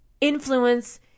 influence